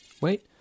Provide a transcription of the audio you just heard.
Wait